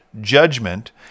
judgment